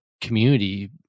community